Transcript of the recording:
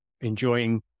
enjoying